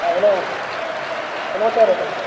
ఉలవ ఉలవచారు ఉంటుంది సార్